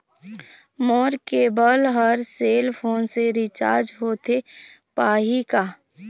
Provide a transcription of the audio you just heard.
मोर केबल हर cell phone से रिचार्ज होथे पाही का?